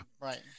Right